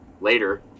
Later